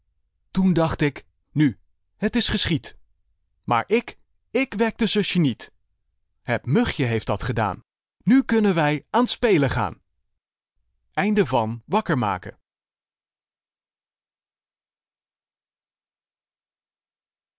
toen dacht ik nu het is geschied maar ik ik wekte zusje niet het mugje heeft dat werk gedaan nu kunnen wij aan t spelen gaan